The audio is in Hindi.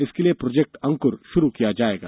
इसके लिए प्रोजेक्ट अंकुर प्रारंभ किया जाएगा